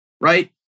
right